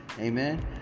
Amen